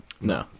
No